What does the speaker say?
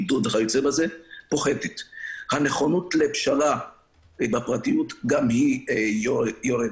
בר המשנה ליועמ"ש לממשלה פרופ' סיגל